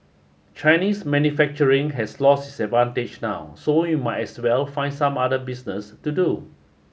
Chinese manufacturing has lost its advantage now so we might as well find some other business to do